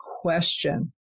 question